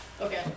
Okay